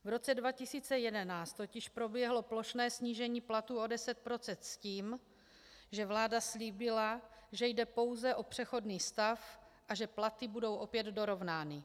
V roce 2011 totiž proběhlo plošné snížení platů o 10 % s tím, že vláda slíbila, že jde pouze o přechodný stav a že platy budou opět dorovnány.